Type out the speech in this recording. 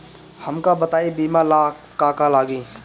हमका बताई बीमा ला का का लागी?